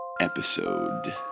episode